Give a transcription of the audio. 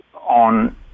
on